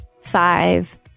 five